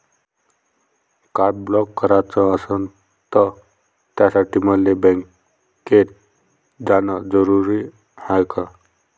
Card block कराच असनं त त्यासाठी मले बँकेत जानं जरुरी हाय का?